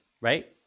Right